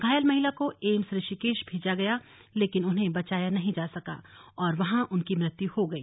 घायल महिला को एम्स ऋषिकेश भेजा गया लेकिन उन्हें बचाया नहीं जा सका और वहां उनकी मृत्यु हो गई